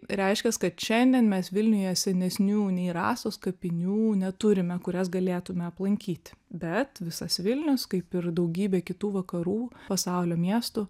reiškias kad šiandien mes vilniuje senesnių nei rasos kapinių neturime kurias galėtume aplankyti bet visas vilnius kaip ir daugybė kitų vakarų pasaulio miestų